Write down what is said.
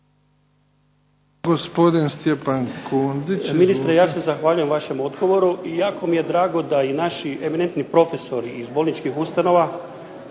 Gospodin Stjepan Kundić,